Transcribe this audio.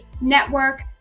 network